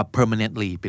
Permanently